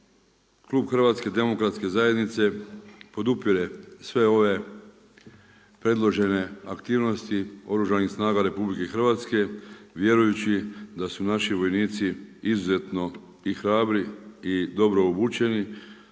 Klub HDZ-a podupire sve ove predložene aktivnosti Oružanih snaga RH, vjerujući da su naši vojnici izuzetno i hrabri i dobro obučeni